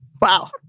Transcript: Wow